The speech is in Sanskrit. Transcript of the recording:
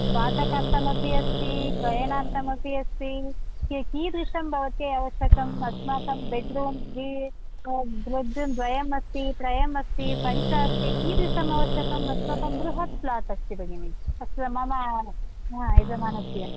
भाटकार्थमपि अस्ति क्रयणार्थमपि अस्ति क कीदृशं भवत्याः अवश्यकम् अस्माकं बेड्रूम् द्वे बेड्रूम् द्वयमस्ति त्रयमस्ति पञ्च अस्ति कीदृशम् अवश्यकम् अस्माकं बृहत् प्लाट् अस्ति भगिनि अत्र तु मम हा यजमानस्य